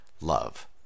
love